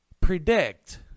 predict